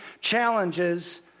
challenges